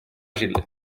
židli